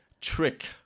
trick